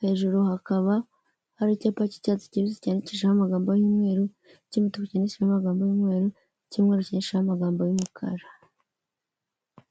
hejuru hakaba hari icyapa cy'icyatsi kibisi cyandikishijeho amagambo y'umweru, icy'umutuku cyandikishijeho amagambo y'umweru n'icyumweru cyandikishijeho amagambo y'umukara.